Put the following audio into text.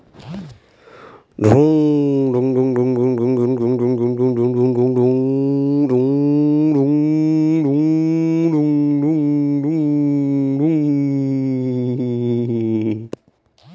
ಮರುಪಾವತಿ ದಿನಾಂಕ ಕಳೆದರೆ ನಮಗೆ ಎಂತಾದರು ದಂಡ ವಿಧಿಸುತ್ತಾರ?